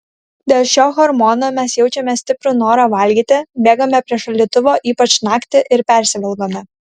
dėl šio hormono mes jaučiame stiprų norą valgyti bėgame prie šaldytuvo ypač naktį ir persivalgome